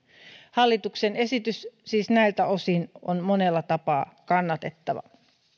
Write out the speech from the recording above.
hallituksen esitys siis näiltä osin on monella tapaa kannatettava